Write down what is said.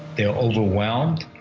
they're overwhelmed.